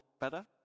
better